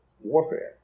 warfare